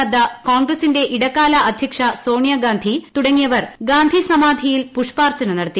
നദ്ദ കോൺഗ്രസിന്റെ ഇടക്കാല അധ്യക്ഷ സോണിയാഗാന്ധി തുടങ്ങിയവർ ഗാന്ധിസമാധിയിൽ പുഷ്പാർച്ചന നടത്തി